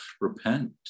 repent